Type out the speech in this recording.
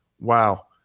Wow